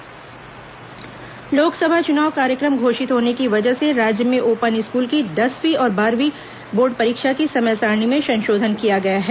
open school परीक्षा संशोधन लोकसभा चुनाव कार्यक्रम घोषित होने की वजह से राज्य में ओपन स्कूल की दसवीं और बारहवीं बोर्ड परीक्षा की समय सारिणी में संशोधन किया गया है